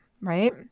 right